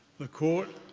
the court,